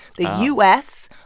the u s,